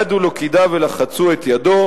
קדו לו קידה ולחצו את ידו.